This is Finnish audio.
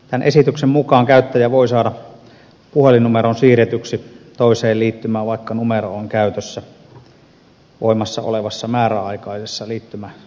tämän esityksen mukaan käyttäjä voi saada puhelinnumeron siirretyksi toiseen liittymään vaikka numero on käytössä voimassa olevassa määräaikaisessa liittymäsopimuksessa